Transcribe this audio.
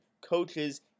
coaches